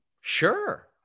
Sure